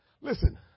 listen